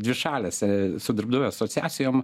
dvišalėse su darbdaviu asociacijom